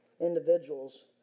individuals